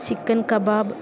chicken kebab